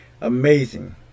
Amazing